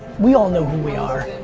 we all know who we are.